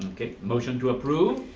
motion to approve.